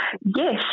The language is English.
Yes